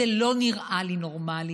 זה לא נראה לי נורמלי.